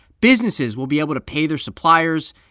businesses will be able to pay their suppliers,